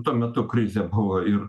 tuo metu krizė buvo ir